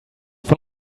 von